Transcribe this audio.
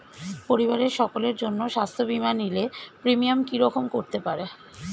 পরিবারের সকলের জন্য স্বাস্থ্য বীমা নিলে প্রিমিয়াম কি রকম করতে পারে?